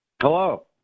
Hello